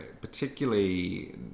particularly